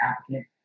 applicant